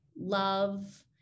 love